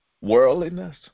worldliness